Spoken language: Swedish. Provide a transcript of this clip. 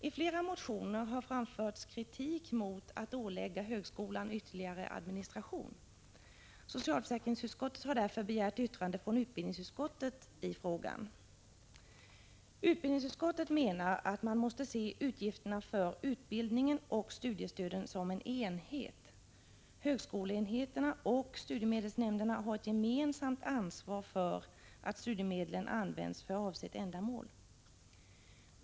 I flera motioner har framförts kritik mot att ålägga högskolan ytterligare administration. Socialförsäkringsutskottet har därför begärt yttrande från utbildningsutskottet i frågan. Utbildningsutskottet menar att man måste se utgifterna för utbildningen och studiestöden som en enhet. Högskoleenheterna och studiemedelsnämnderna har ett gemensamt ansvar för att studiemedlen används för avsett ändamål.